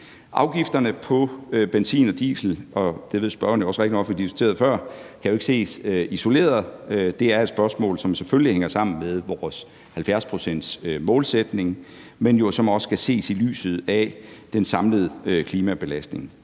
Afgifterne på benzin og diesel – og det ved spørgeren godt, for det har vi diskuteret før – kan jo ikke ses isoleret. Det er et spørgsmål, som selvfølgelig hænger sammen med vores 70-procentsmålsætning, men det skal også ses i lyset af den samlede klimabelastning.